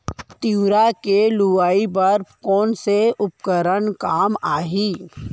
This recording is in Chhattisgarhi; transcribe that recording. तिंवरा के लुआई बर कोन से उपकरण काम आही?